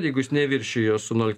jeigu jis neviršijo su nol